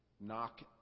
Knock